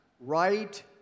right